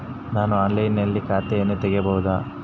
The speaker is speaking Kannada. ನಾನು ಆನ್ಲೈನಿನಲ್ಲಿ ಖಾತೆಯನ್ನ ತೆಗೆಯಬಹುದಾ?